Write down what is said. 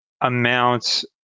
amounts